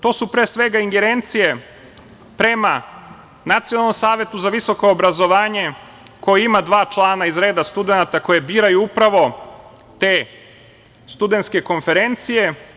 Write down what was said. To su pre svega ingerencije prema Nacionalnom savetu za visoko obrazovanje, koje ima dva člana iz reda studenata koje biraju upravo te studentske konferencije.